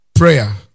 prayer